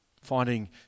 finding